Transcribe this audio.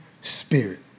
Spirit